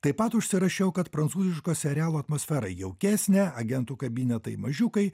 taip pat užsirašiau kad prancūziško serialo atmosfera jaukesnė agentų kabinetai mažiukai